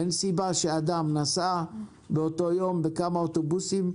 אם אדם נסע באותו יום בכמה אוטובוסים,